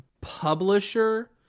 publisher